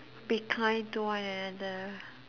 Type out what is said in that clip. be kind to one another